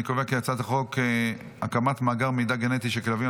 אני קובע כי הצעת חוק הקמת מאגר מידע גנטי של כלבים,